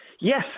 yes